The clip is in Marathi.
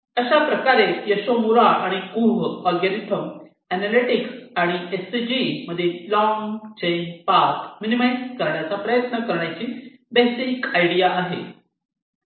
अशाप्रकारे योशीमुरा आणि कुह ऍलगोरिदम अॅनालॅटिक्स आणि HCG मधील लॉन्ग चैन पाथ मिनीमाईज करण्याचा प्रयत्न करण्याची बेसिक आयडिया आहे